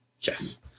Yes